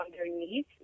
underneath